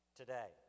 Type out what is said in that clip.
today